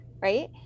right